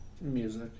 Music